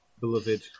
beloved